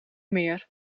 meer